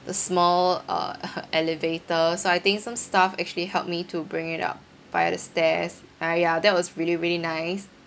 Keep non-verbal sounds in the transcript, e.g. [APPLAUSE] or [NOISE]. the small uh [LAUGHS] elevator so I think some staff actually helped me to bring it up via the stairs ah ya that was really really nice